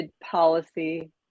policy